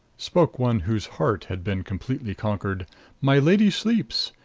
spoke one whose heart had been completely conquered my lady sleeps.